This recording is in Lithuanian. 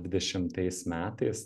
dvidešimtais metais